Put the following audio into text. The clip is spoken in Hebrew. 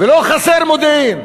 ולא חסר מודיעין.